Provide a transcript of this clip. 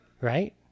right